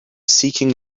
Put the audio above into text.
seeking